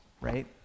right